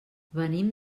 venim